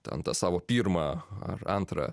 ten tą savo pirmą ar antrą